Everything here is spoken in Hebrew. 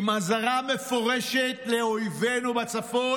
עם אזהרה מפורשת לאויבינו בצפון